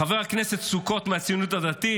חבר הכנסת סוכות מהציונות הדתית,